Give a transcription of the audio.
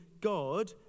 God